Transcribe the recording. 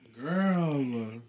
girl